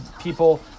people